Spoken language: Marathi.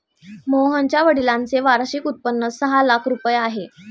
मोहनच्या वडिलांचे वार्षिक उत्पन्न सहा लाख रुपये आहे